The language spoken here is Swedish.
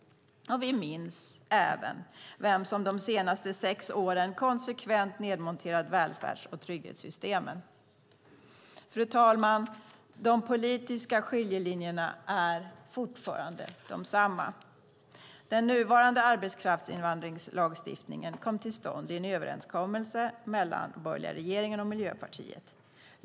Vi minns även vem som de senaste sex åren konsekvent nedmonterat välfärds och trygghetssystemen. Fru talman! De politiska skiljelinjerna är fortfarande desamma. Den nuvarande arbetskraftsinvandringslagstiftningen kom till stånd i en överenskommelse mellan den borgerliga regeringen och Miljöpartiet.